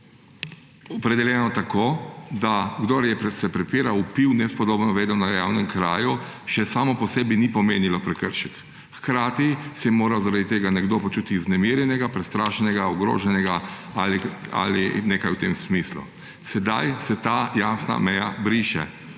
opredeljeno tako, da kdor se je prepiral, vpil, nespodobno vedel na javnem kraju, to še samo po sebi ni pomenilo prekrška. Hkrati se je morda zaradi tega nekdo počutil vznemirjenega, prestrašenega, ogroženega ali nekaj v tem smislu. Sedaj se ta jasna meja briše,